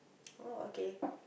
oh okay